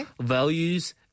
values